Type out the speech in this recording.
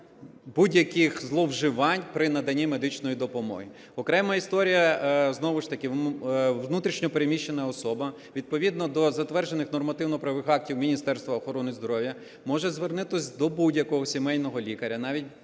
будь-яким зловживанням при наданні медичної допомоги. Окрема історія, знову ж таки внутрішньо переміщена особа відповідно до затверджених нормативно-правових актів Міністерства охорони здоров'я може звернутися до будь-якого сімейного лікаря, навіть